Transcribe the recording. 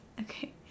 Okay